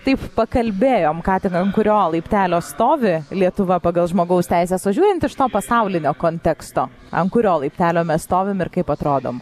taip pakalbėjom ką tik ant kurio laiptelio stovi lietuva pagal žmogaus teises o žiūrint iš to pasaulinio konteksto ant kurio laiptelio mes stovim ir kaip atrodom